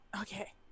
okay